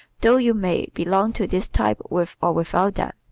though you may belong to this type with or without them.